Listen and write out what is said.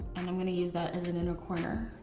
and i'm gonna use that as an inner corner.